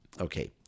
Okay